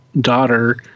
daughter